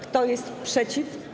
Kto jest przeciw?